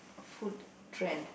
food trend